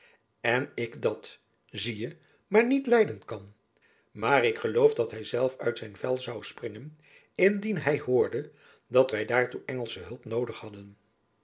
en ik dat zie je maar niet lijden kan maar ik geloof dat hy zelf uit zijn vel zoû springen indien hy hoorde dat wy daartoe engelsche hulp noodig hadden